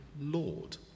Lord